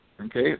okay